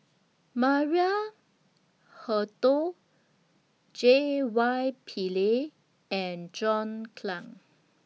Maria Hertogh J Y Pillay and John Clang